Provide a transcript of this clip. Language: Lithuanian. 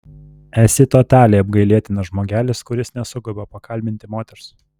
esi totaliai apgailėtinas žmogelis kuris nesugeba pakalbinti moters